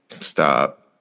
stop